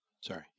Sorry